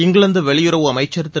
இங்கிலாந்து வெளியுறவு அமைச்சர் திரு